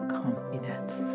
confidence